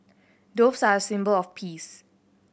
doves are a symbol of peace